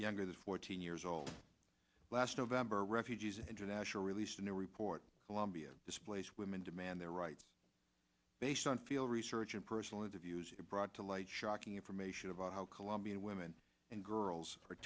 younger than fourteen years old last november refugees international released a new report colombia displaced women demand their rights based on feel research and personal interviews brought to light shocking information about how colombian women and girls are